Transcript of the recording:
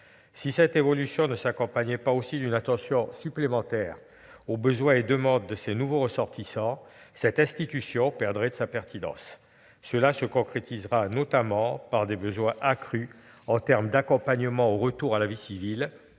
Si cette évolution ne s'accompagnait pas d'une attention supplémentaire aux besoins et demandes de ses nouveaux ressortissants, cette institution perdrait de sa pertinence. Cela se concrétisera notamment par des besoins accrus dans le domaine de l'accompagnement au retour à la vie civile